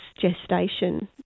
gestation